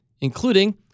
including